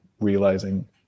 realizing